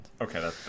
Okay